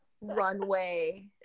runway